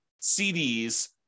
CDs